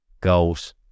goals